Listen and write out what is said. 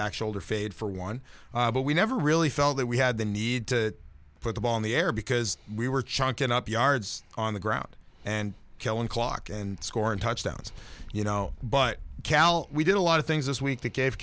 back shoulder fade for one but we never really felt that we had the need to put the ball in the air because we were chalk it up yards on the ground and killing clock and scoring touchdowns you know but cal we did a lot of things this week that gave